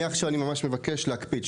מעכשיו אני ממש מבקש להקפיד,